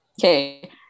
Okay